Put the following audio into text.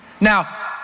Now